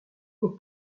aux